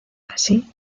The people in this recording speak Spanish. así